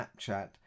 Snapchat